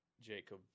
Jacob